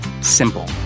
Simple